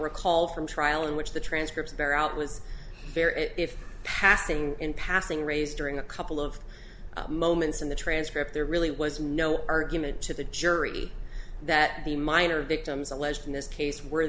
recall from trial in which the transcripts bear out was fair if passing in passing raised during a couple of moments in the transcript there really was no argument to the jury that the minor victims alleged in this case were